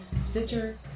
Stitcher